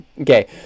okay